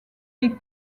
les